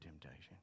temptation